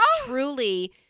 truly